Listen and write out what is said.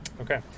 Okay